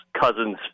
cousin's